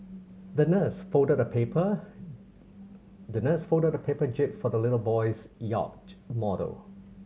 the nurse folded a paper the nurse folded a paper jib for the little boy's yacht model